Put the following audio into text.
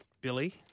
Billy